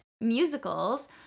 musicals